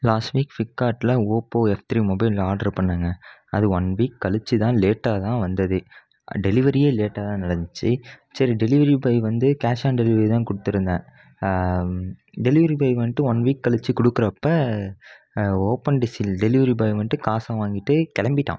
last week ஃப்ளிப்கார்ட்டில் Oppo F three mobile order பண்ணிணேங்க அது ஒன் வீக் கழிச்சுதான் லேட்டாகதான் வந்ததே டெலிவரியே லேட்டாகதான் நடந்துச்சு சரி டெலிவரி பாய் வந்து கேஷ் ஆன் டெலிவரிதான் கொடுத்துருந்தேன் டெலிவரி பாய் வந்துட்டு ஒன் வீக் கழிச்சு கொடுக்கறப்ப ஓபன்ட் சீல் டெலிவரி பாய் வந்துட்டு காசை வாங்கிட்டு கிளம்பிட்டான்